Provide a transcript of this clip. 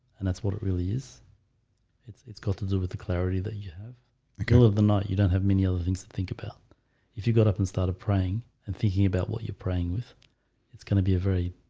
and that's what it really is it's it's got to do with the clarity that you have i go over ah the night you don't have many other things to think about if you got up and started praying and thinking about what you're praying with it's gonna be a very